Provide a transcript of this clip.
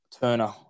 Turner